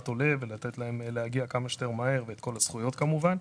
עולה ולתת להם להגיע כמה שיותר מהר ואת כל הזכויות כמובן.